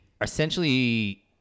essentially